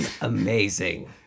amazing